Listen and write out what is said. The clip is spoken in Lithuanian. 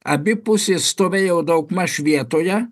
abi pusės stovėjo daugmaž vietoje